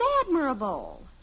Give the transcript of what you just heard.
admirable